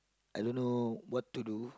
I don't know what to do